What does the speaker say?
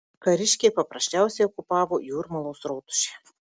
kariškiai paprasčiausiai okupavo jūrmalos rotušę